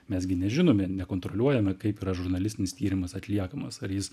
mes gi nežinome nekontroliuojame kaip yra žurnalistinis tyrimas atliekamas ar jis